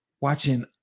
watching